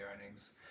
earnings